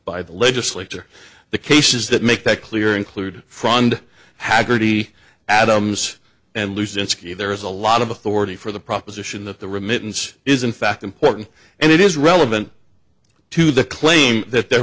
by the legislature the cases that make that clear include frond haggerty adams and lose it's there is a lot of authority for the proposition that the remittance is in fact important and it is relevant to the claim that there